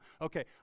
okay